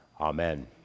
Amen